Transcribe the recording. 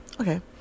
okay